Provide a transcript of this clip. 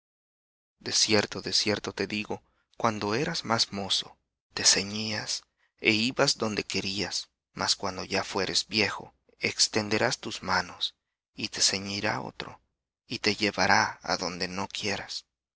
de cierto te digo cuando eras más mozo te ceñías é ibas donde querías mas cuando ya fueres viejo extenderás tus manos y te ceñirá otro y te llevará á donde no quieras